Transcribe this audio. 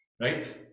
Right